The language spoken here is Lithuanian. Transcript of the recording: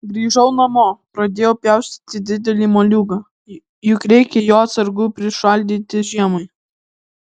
grįžau namo pradėjau pjaustyti didelį moliūgą juk reikia jo atsargų prišaldyti žiemai